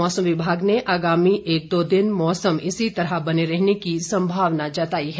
मौसम विभाग ने आगामी एक दो दिन मौसम इसी तरह बने रहने की संभावना जताई है